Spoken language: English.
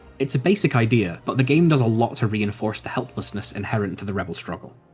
it's a basic idea, but the game does a lot to reinforce the helplessness inherent to the rebel struggle.